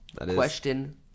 Question